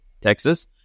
Texas